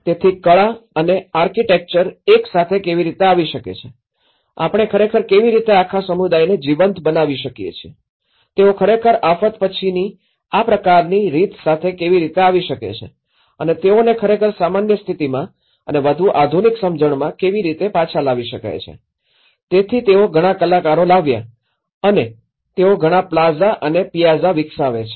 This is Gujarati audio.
તેથી કલા અને આર્કિટેક્ચર એક સાથે કેવી રીતે આવી શકે છે આપણે ખરેખર કેવી રીતે આખા સમુદાયને જીવંત બનાવી શકીએ છીએ અને તેઓ ખરેખર આફત પછીની આ પ્રકારની રીત સાથે કેવી રીતે આવી શકે છે અને તેઓને ખરેખર સામાન્ય સ્થિતિમાં અને વધુ આધુનિક સમજણમાં કેવી રીતે પાછા લાવી શકાય છે તેથી તેઓ ઘણા કલાકારો લાવ્યા અને તેઓ ઘણાં પ્લાઝા અને પિયાઝા વિકસાવે છે